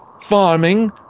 farming